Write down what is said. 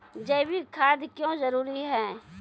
जैविक खाद क्यो जरूरी हैं?